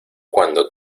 cuando